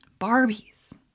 barbies